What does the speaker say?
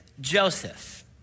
Joseph